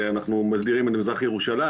אנחנו מסדירים את מזרח ירושלים.